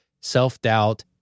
self-doubt